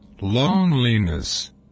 loneliness